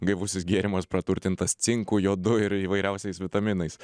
gaivusis gėrimas praturtintas cinku jodu ir įvairiausiais vitaminais